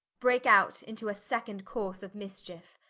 breake out into a second course of mischiefe,